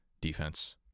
defense